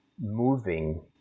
Moving